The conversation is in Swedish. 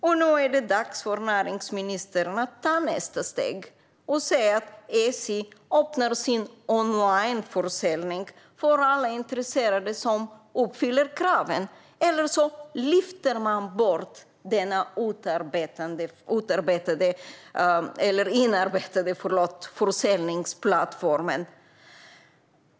Och nu är det dags för näringsministern att ta nästa steg så att SJ öppnar sin onlineförsäljning för alla intresserade som uppfyller kraven, eller så lyfter man bort denna inarbetade försäljningsplattform.